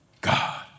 God